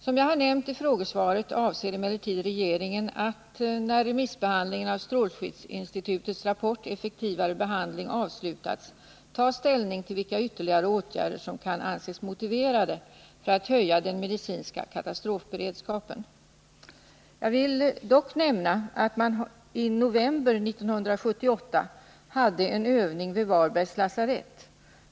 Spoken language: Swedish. Som jag har nämnt i frågesvaret avser emellertid regeringen att — när remissbehandlingen av strålskyddsinstitutets rapport ”Effektivare beredskap” avslutats — ta ställning till vilka ytterligare åtgärder som kan anses motiverade för att höja den medicinska katastrofberedskapen. Jag vill dock nämna att man i november 1978 hade en övning vid Varbergs lasarett.